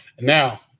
Now